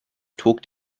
talked